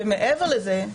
מעבר לזה,